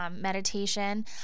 meditation